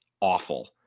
awful